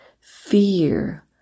fear